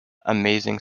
amazing